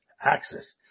axis